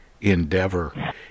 endeavor